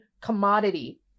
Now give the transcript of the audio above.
commodity